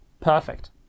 perfect